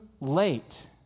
late